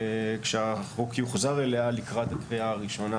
כשהחוק יוחזר אליה לקראת הקריאה הראשונה,